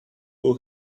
who